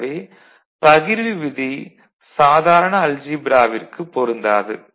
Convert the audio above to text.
எனவே பகிர்வு விதி சாதாரண அல்ஜீப்ராவிற்குப் பொருந்தாது